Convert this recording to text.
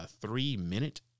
three-minute